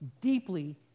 deeply